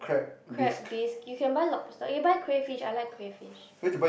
crab beef you can buy lobster you buy crayfish I like crayfish